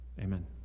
Amen